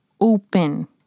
open